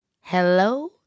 Hello